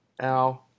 Al